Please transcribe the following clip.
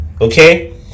okay